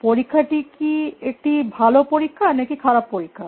এই পরীক্ষাটি কি একটি ভাল পরীক্ষা নাকি খারাপ পরীক্ষা